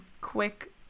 quick